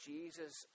Jesus